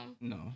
No